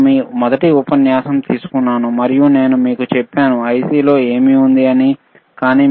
నేను మీ మొదటి ఉపన్యాసం తీసుకున్నాను మరియు IC లో ఏమి ఉంటాయో నేను మీకు వివరించాను